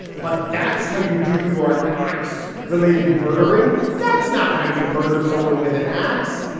but that's how you do your acts related murdering. that's not how you murder someone with an axe.